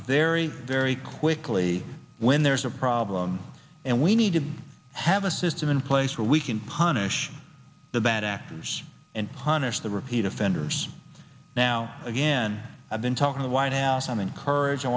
very very quickly when there's a problem and we need to have a system in place where we can punish the bad actors and punish the repeat offenders now again i've been talking the white house i'm encourag